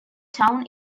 town